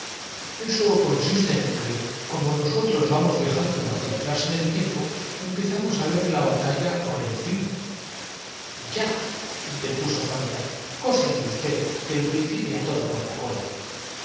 eso consiste en que como nosotros vamos de reemplazar copio aquí pues la narración del dia viajando hacia atrás en el tiempo empezamos á ver la rio de don sindulfo en la que sin duda se ha inspirado batalla por el fin el pintor castellani para reproducir con el pincel aque ya interpuso juanita cosas de usted que lo lla jornada y que también ha servido á la prensa de principia todo por la cola